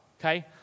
okay